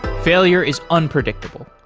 failure is unpredictable.